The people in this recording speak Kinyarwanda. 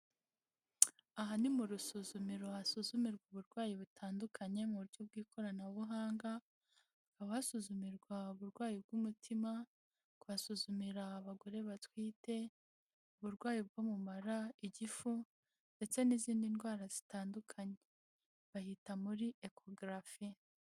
Aha ni mu rusuzumiro hasuzumirwa uburwayi butandukanye mu buryo bw'ikoranabuhanga, hakaba hasuzumirwa uburwayi bw'umutima, bahasuzumira abagore batwite, uburwayi bwo mu mara, igifu ndetse n'izindi ndwara zitandukanye, bahita muri ecography.